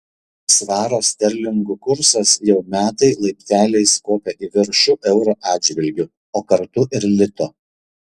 svaro sterlingų kursas jau metai laipteliais kopia į viršų euro atžvilgiu o kartu ir lito